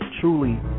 truly